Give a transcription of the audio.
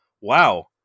Wow